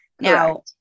Now